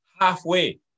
halfway